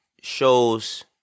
shows